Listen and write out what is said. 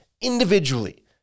Individually